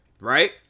Right